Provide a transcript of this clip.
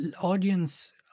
audience